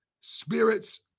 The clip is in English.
spirits